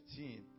15